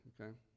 okay